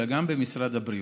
אלא גם במשרד הבריאות,